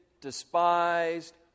despised